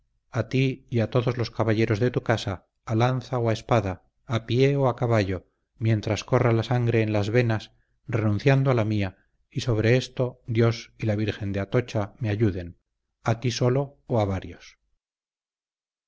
a ti y a todos los caballeros de tu casa a lanza o a espada a pie o a caballo mientras corra la sangre en las venas renunciando a la mía y sobre esto dios y la virgen de atocha me ayuden a ti solo o a varios